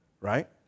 right